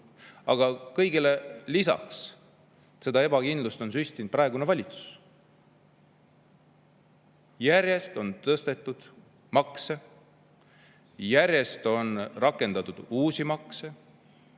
Aga kõigele lisaks on ebakindlust süstinud praegune valitsus. Järjest on tõstetud makse, järjest on rakendatud uusi makse,